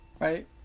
right